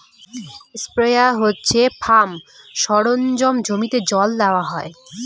sprayer হচ্ছে farm সরঞ্জাম জমিতে জল দেওয়া হয়